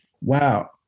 Wow